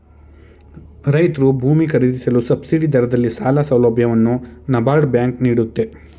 ರೈತ್ರು ಭೂಮಿ ಖರೀದಿಸಲು ಸಬ್ಸಿಡಿ ದರದಲ್ಲಿ ಸಾಲ ಸೌಲಭ್ಯವನ್ನು ನಬಾರ್ಡ್ ಬ್ಯಾಂಕ್ ನೀಡುತ್ತೆ